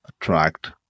attract